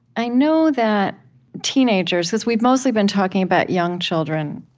i know that teenagers because we've mostly been talking about young children,